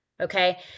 okay